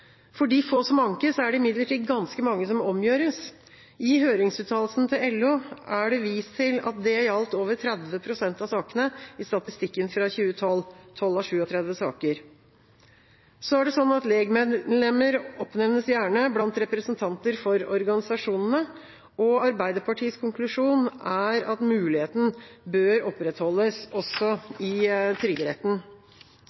For de få som ankes, er det imidlertid ganske mange som omgjøres. I høringsuttalelsen til LO er det vist til at det gjaldt over 30 pst. av sakene i statistikken fra 20l2 – 12 av 37 saker. Legmedlemmer oppnevnes gjerne blant representanter for organisasjonene. Arbeiderpartiets konklusjon er at muligheten bør opprettholdes, også i Trygderetten.